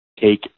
take